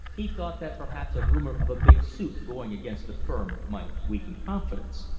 he thought that perhaps a rumor of a big suit going against the firm might weaken confidence.